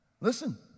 Listen